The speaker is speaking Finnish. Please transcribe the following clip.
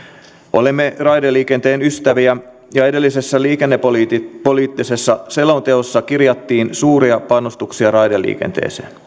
olemme raideliikenteen ystäviä ja edellisessä liikennepoliittisessa selonteossa kirjattiin suuria panostuksia raideliikenteeseen